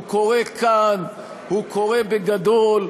הוא קורה כאן, הוא קורה בגדול,